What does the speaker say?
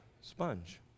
sponge